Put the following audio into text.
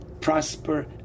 prosper